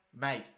mate